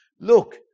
Look